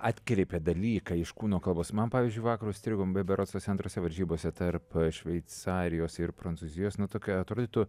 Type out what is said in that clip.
atkreipė dalyką iš kūno kalbos man pavyzdžiui vakar užstrigo berods tose antrose varžybose tarp šveicarijos ir prancūzijos nu tokia atrodytų